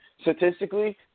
Statistically